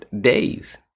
days